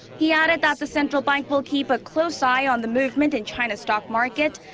he added that the central bank will keep a close eye on the movement in china's stock market.